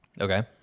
Okay